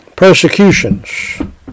persecutions